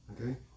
Okay